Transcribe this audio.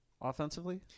offensively